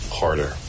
harder